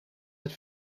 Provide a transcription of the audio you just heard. het